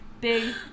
big